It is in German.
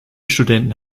studenten